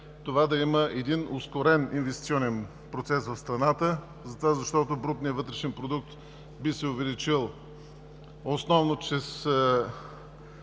това да има един ускорен инвестиционен процес в страната, защото брутният вътрешен продукт би се увеличил основно чрез